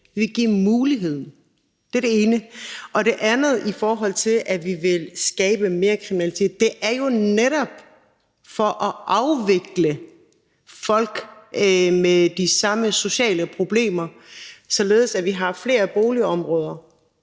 Vi vil give muligheden. Det er det ene. Til det andet, i forhold til at vi vil skabe mere kriminalitet: Vi vil jo netop afvikle, at der er folk med de samme sociale problemer, således at vi har flere boligområder